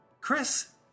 chris